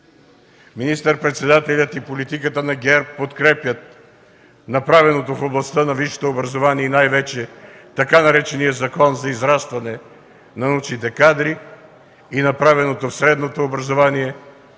Министър-председателят и политиката на ГЕРБ подкрепят направеното в областта на висшето образование и най-вече така наречения Закон за израстване на научните кадри, и направеното в средното образование,